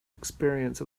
experience